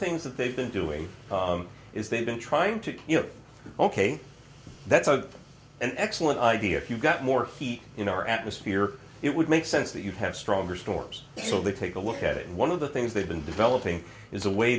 things that they've been doing is they've been trying to you know ok that's a an excellent idea if you've got more heat in our atmosphere it would make sense that you'd have stronger storms so they take a look at it and one of the things they've been developing is a way